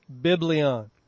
Biblion